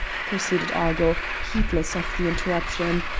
proceeded argyll, heedless of the interruption,